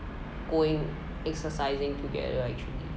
going exercising together actually